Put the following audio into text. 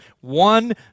one